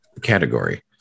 category